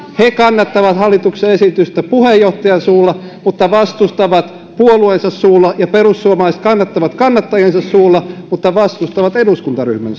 he kannattavat hallituksen esitystä puheenjohtajan suulla mutta vastustavat puolueensa suulla ja perussuomalaiset kannattavat kannattajiensa suulla mutta vastustavat eduskuntaryhmän